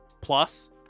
plus